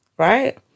right